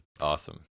awesome